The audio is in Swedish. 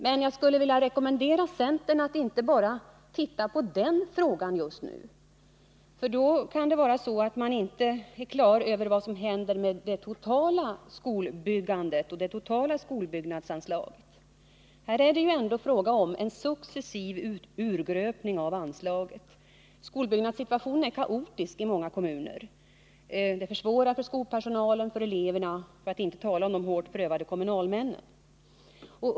Men jag skulle vilja rekommendera centern att inte bara titta på den frågan. Kanske förbiser man då vad som händer med det totala skolbyggnadsanslaget. Det är här ändå fråga om en successiv urgröpning av anslaget. Skolbyggnadssituationen är kaotisk i många kommuner. Det försvårar för skolpersonalen och för eleverna — för att inte tala om de hårt prövade kommunalmännen.